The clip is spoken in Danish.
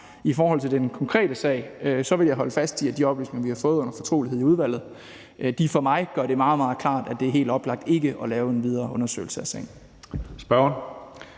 I forhold til den konkrete sag vil jeg holde fast i, at de oplysninger, vi har fået under fortrolighed i udvalget, for mig gør det meget, meget klart, at det er helt oplagt ikke at lave en videre undersøgelse af sagen.